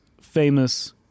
famous